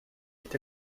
est